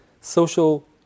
social